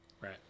Right